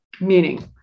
Meaning